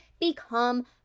become